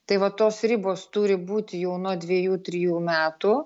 tai va tos ribos turi būti jau nuo dviejų trijų metų